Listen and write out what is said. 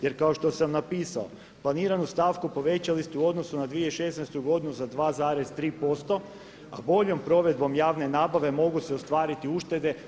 Jer kao što sam napisao planiranu stavku povećali ste u odnosu na 2016. godinu za 2,3% a boljom provedbom javne nabave mogu se ostvariti uštede.